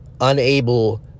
Unable